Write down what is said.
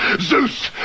Zeus